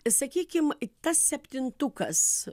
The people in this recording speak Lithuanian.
sakykim tas septintukas